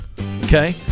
okay